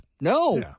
No